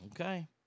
Okay